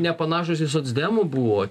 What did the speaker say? nepanašūs į socdemų buvo